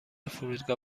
فرودگاه